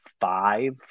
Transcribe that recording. five